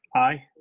aye.